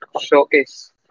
showcase